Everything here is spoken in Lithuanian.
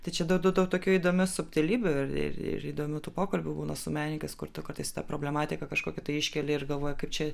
tai čia daug daug tokių įdomių subtilybių ir ir įdomių tų pokalbių būna su menininkas kur tu kartais ta problematika kažkokią tai iškeli ir galvoji kaip čia